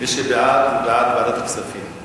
מי שבעד, הוא בעד ועדת הכספים.